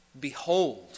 behold